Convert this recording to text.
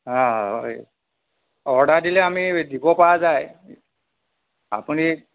order দিলে আমি দিব পৰা যায় আপুনি